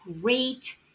great